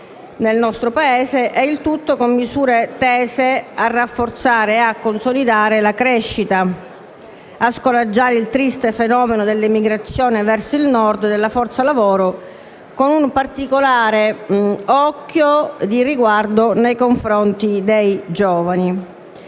del nostro Paese, il tutto con misure tese a rafforzare e a consolidare la crescita e a scoraggiare il triste fenomeno dell'emigrazione verso Nord della forza lavoro, con un particolare occhio di riguardo nei confronti dei giovani.